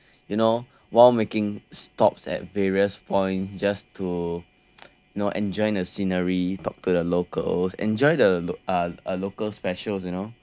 you know while making stops at various points just to know enjoy the scenery talk to the locals enjoy the uh local specials you know